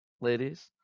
Ladies